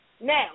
now